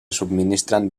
subministren